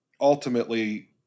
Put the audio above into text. ultimately